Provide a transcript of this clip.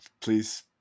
please